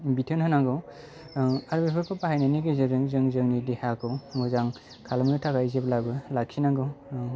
बिथोन होनांगौ ओ आरो बेफोरखौ बाहायनायनि गेजेरजों जों जोंनि देहाखौ मोजां खालामनो थाखाय जेब्लाबो लाखिनांगौ